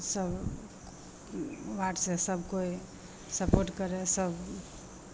सभ वार्डसे सभ कोइ सपोर्ट करै सभ